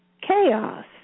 chaos